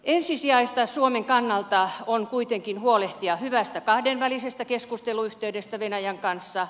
ensisijaista suomen kannalta on kuitenkin huolehtia hyvästä kahdenvälisestä keskusteluyhteydestä venäjän kanssa